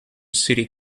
city